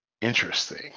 Interesting